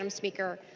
um speaker.